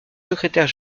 secrétaire